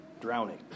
Drowning